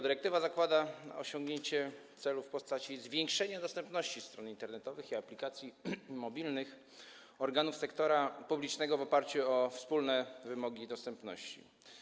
Dyrektywa zakłada osiągnięcie celu w postaci zwiększenia dostępności stron internetowych i aplikacji mobilnych organów sektora publicznego w oparciu o wspólne wymogi dostępności.